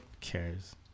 Cares